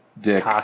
dick